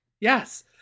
Yes